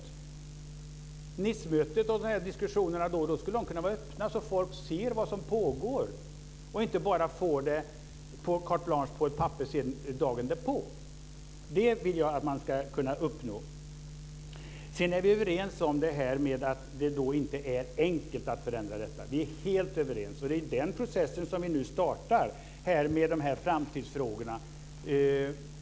Då skulle möten som det i Nice och liknande diskussioner kunna vara öppna så folk ser vad som pågår och inte bara får det carte blanche på ett papper dagen därpå. Det vill jag att man ska kunna uppnå. Sedan är vi överens om att det inte är enkelt att förändra detta. Där är vi helt överens. Det är den processen som vi nu startar med diskussionen om de här framtidsfrågorna.